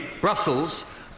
Brussels